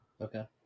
Okay